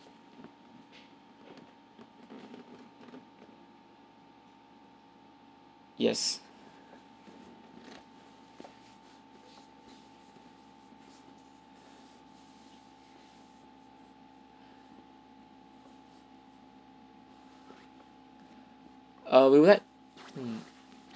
yes err we would like